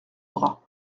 bras